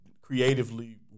creatively